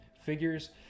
figures